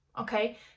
okay